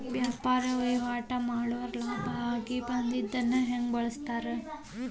ವ್ಯಾಪಾರ್ ವಹಿವಾಟ್ ಮಾಡೋರ್ ಲಾಭ ಆಗಿ ಬಂದಿದ್ದನ್ನ ಹೆಂಗ್ ಬಳಸ್ತಾರ